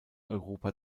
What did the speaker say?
europa